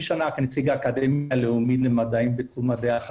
הוא בעצם יתקע את כל הדיונים בוועדה ולא יאפשר אותם.